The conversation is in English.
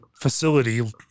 facility